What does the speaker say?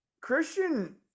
Christian